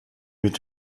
mit